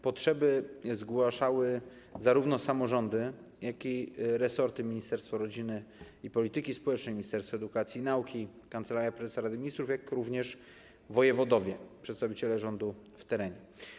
Potrzeby zgłaszały zarówno samorządy, jak i resorty, tj. Ministerstwo Rodziny i Polityki Społecznej, Ministerstwo Edukacji i Nauki, Kancelaria Prezesa Rady Ministrów, jak również wojewodowie, przedstawiciele rządu w terenie.